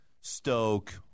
Stoke